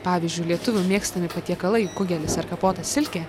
pavyzdžiui lietuvių mėgstami patiekalai kugelis ar kapota silkė